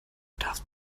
darfst